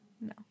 No